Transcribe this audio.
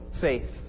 faith